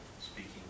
speaking